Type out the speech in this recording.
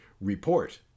Report